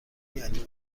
یعنی